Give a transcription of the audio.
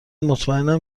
مطمئنم